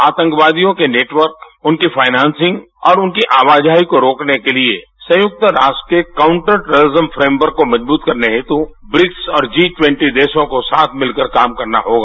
आतंकवादियों के नेटवर्क उनकी फाइनैनसिंग और उनकी आवाजाही को रोकने के लिए संयुक्त राष्ट्र के काउन्टर टैरोरिजम फ्रेम्बर को मजबूत करने हेतु ब्रिक्स और जी द्वेंटी देशों को साथ भिलकर काम करना होगा